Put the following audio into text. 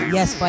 Yes